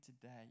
today